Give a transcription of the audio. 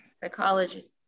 psychologist